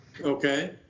okay